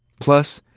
plus,